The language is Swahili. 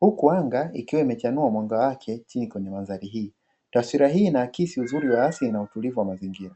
huku anga likiwa limechanua mwanga wake chini kwenye mandhari hii. Taswira hii inaakisi uzuri wa asili utulivu wa mazingira.